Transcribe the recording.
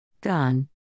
Gone